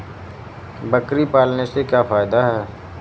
बकरी पालने से क्या फायदा है?